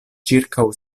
ĉirkaŭ